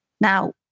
Now